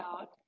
out